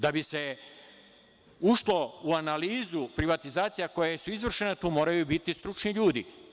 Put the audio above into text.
Da bi se ušlo u analizu privatizacija koje su izvršene tu moraju biti stručni ljudi.